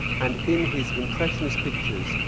and in his impressionist pictures,